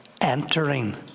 entering